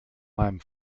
meinem